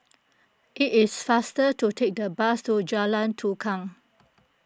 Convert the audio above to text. it is faster to take the bus to Jalan Tukang